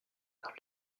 dans